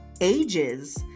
ages